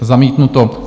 Zamítnuto.